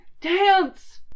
dance